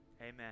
Amen